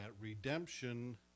redemption